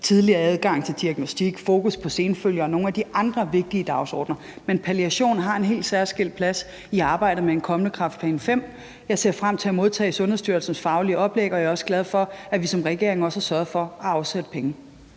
tidligere adgang til diagnostik, fokus på senfølger og nogle af de andre vigtige dagsordener. Men palliation har en helt særskilt plads i arbejdet med den kommende Kræftplan V. Jeg ser frem til at modtage Sundhedsstyrelsens faglige oplæg, og jeg er også glad for, at vi som regering har sørget for at afsætte penge.